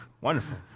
wonderful